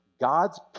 God's